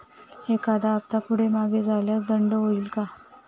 एखादा हफ्ता पुढे मागे झाल्यास दंड होईल काय?